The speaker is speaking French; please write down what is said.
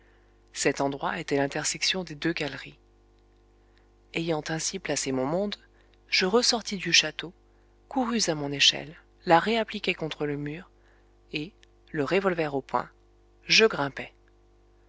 cet endroit était l'intersection des deux galeries ayant ainsi placé mon monde je ressortis du château courus à mon échelle la réappliquai contre le mur et le revolver au poing je grimpai